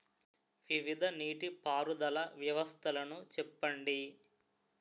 వివిధ నీటి పారుదల వ్యవస్థలను చెప్పండి?